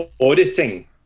auditing